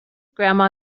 grandma